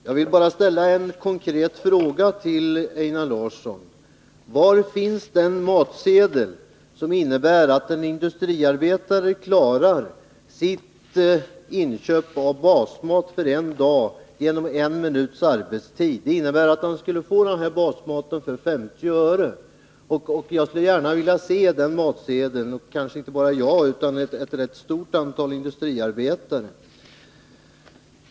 Jag vill bara ställa en konkret fråga till Einar Larsson: Var finns den matsedel som innebär att en industriarbetare klarar sitt inköp av basmat för en dag genom en minuts arbetstid? Det betyder att han skulle få den här basmaten för 50 öre. Jag skulle gärna vilja se den matsedeln — ja, det skulle välinte bara jag utan ett stort antal industriarbetare.